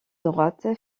droite